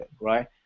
right